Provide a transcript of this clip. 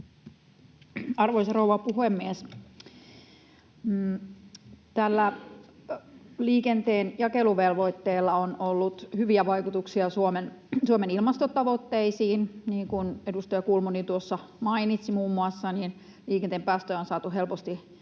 Arvoisa rouva puhemies! Tällä liikenteen jakeluvelvoitteella on ollut hyviä vaikutuksia Suomen ilmastotavoitteisiin. Niin kuin muun muassa edustaja Kulmuni tuossa mainitsi, liikenteen päästöjä on saatu helposti